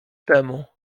temu